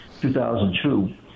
2002